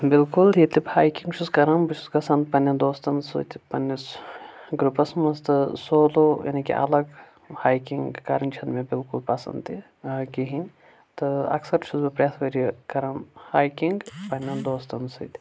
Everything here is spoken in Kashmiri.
بالکُل ییٚلہِ تہِ بہٕ ہیکنگ چھُس کران بہٕ چھُس گژھان پنین دوستن سۭتۍ پننس گروپس منٛز تہٕ سولو یعنۍ کہِ الگ ہیکنگ کرٕنۍ چھنہٕ مےٚ بالکُل پسند تہِ کہینۍ تہٕ اکثر چھُس بہٕ پرٮ۪تھ ؤرۍیہِ کران ہیکنگ پننِین دوستن سۭتۍ